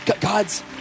God's